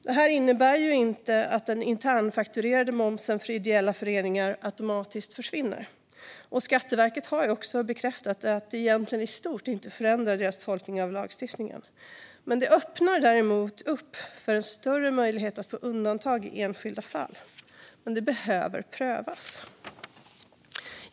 Det här innebär inte att den internfakturerade momsen för ideella föreningar automatiskt försvinner, och Skatteverket har också bekräftat att det egentligen i stort inte förändrar deras tolkning av lagstiftningen. Men det öppnar däremot upp för en större möjlighet att få undantag i enskilda fall. Detta behöver prövas.